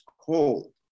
cold